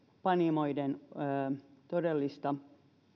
pienpanimoiden todellisia